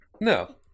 No